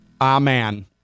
Amen